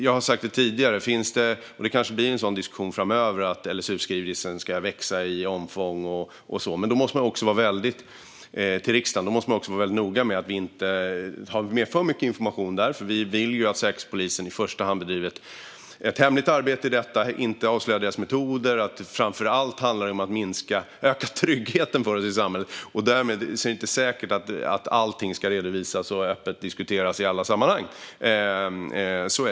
Jag har tidigare sagt, och det kanske blir en sådan diskussion framöver, att LSU-skrivelsen till riksdagen kanske ska växa i omfång och så vidare. Men då måste man också vara mycket noga med att vi inte har med för mycket information, eftersom vi vill att Säkerhetspolisen i första hand bedriver ett hemligt arbete i fråga om detta och inte avslöjar sina metoder. Framför allt handlar det om att öka tryggheten för oss i samhället. Därmed är det inte säkert att allting ska redovisas och öppet diskuteras i alla sammanhang.